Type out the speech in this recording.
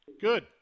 Good